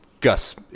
Gus